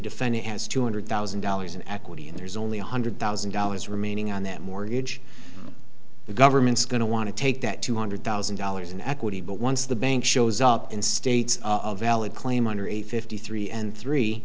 defendant has two hundred thousand dollars in equity and there's only one hundred thousand dollars remaining on that mortgage the government's going to want to take that two hundred thousand dollars in equity but once the bank shows up in states of valid claim under a fifty three and three